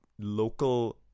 local